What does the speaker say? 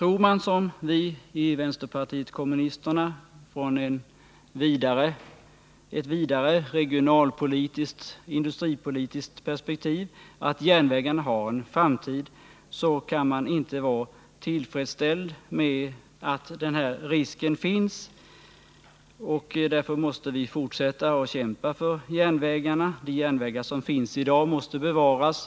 Om man såsom vi i vänsterpartiet kommunisterna från ett vidare regionalpolitiskt och industripolitiskt perspektiv tror att järnvägarna har en framtid, kan man inte vara tillfredsställd med att denna risk finns. Därför måste vi fortsätta att kämpa för järnvägarna. De järnvägar som i dag finns måste bevaras.